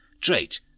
Trait